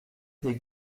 des